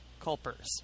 culpers